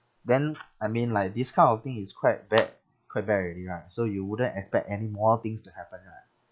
then I mean like this kind of thing is quite bad quite bad already right so you wouldn't expect any more things to happen right